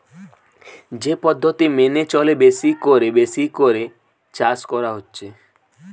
যে পদ্ধতি মেনে চলে বেশি কোরে বেশি করে চাষ করা হচ্ছে